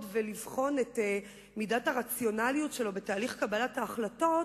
ולבחון את מידת הרציונליות שלו בתהליך קבלת ההחלטות,